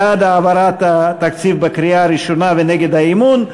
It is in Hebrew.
בעד העברת התקציב בקריאה הראשונה ונגד האי-אמון,